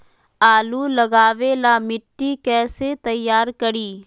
आलु लगावे ला मिट्टी कैसे तैयार करी?